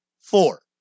four